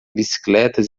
bicicletas